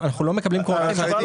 אנחנו לא מקבלים קורות חיים.